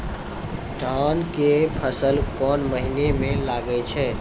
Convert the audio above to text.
धान के फसल कोन महिना म लागे छै?